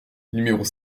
numéros